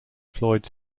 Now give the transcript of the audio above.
floyd